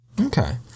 Okay